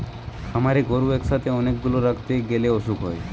খামারে গরু একসাথে অনেক গুলা রাখতে গ্যালে অসুখ হয়